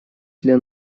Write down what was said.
для